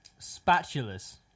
Spatulas